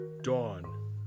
Dawn